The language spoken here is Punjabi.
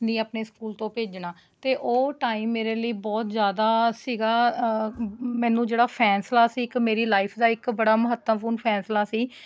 ਨਹੀਂ ਤੁਹਾਨੂੰ ਆਪਣੇ ਸਕੂਲ ਤੋਂ ਭੇਜਣਾ ਅਤੇ ਉਹ ਟਾਈਮ ਮੇਰੇ ਲਈ ਬਹੁਤ ਜ਼ਿਆਦਾ ਸੀਗਾ ਮੈਨੂੰ ਜਿਹੜਾ ਫੈਸਲਾ ਸੀ ਇੱਕ ਮੇਰੀ ਲਾਈਫ ਦਾ ਬੜਾ ਮਹੱਤਵਪੂਰਨ ਫੈਸਲਾ ਸੀ